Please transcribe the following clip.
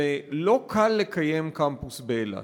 ולא קל לקיים קמפוס באילת: